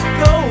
go